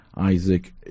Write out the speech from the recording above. isaac